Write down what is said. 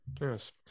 yes